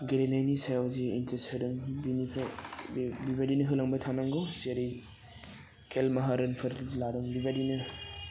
गेलेनायनि सायाव जि इनटेस होदों बिनिफ्राय बे बिबायदिनो होलांबाय थानांगौ जेरै केल माहारोनफोर लादों बिबायदिनो